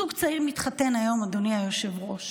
זוג צעיר שמתחתן היום, אדוני היושב-ראש,